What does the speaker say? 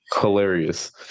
hilarious